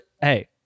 Hey